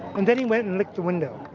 and then he went and licked the window